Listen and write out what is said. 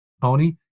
Tony